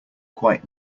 quite